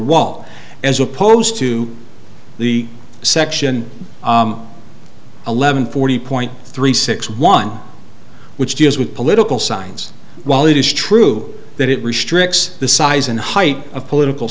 wall as opposed to the section eleven forty point three six one which deals with political signs while it is true that it restricts the size and height of political